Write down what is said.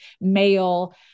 male